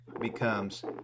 becomes